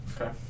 Okay